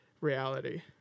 reality